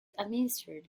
administered